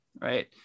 right